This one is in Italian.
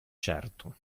certo